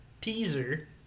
teaser